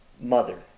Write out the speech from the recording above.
Mother